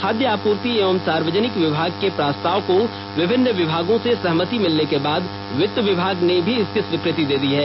खादय आपूर्ति एवं सार्वजनिक विभाग के प्रस्ताव को विभिन्न विभागों से सहमति मिलने के बाद वित्त विमाग ने भी इसकी स्वीकृति दे दी है